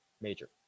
Major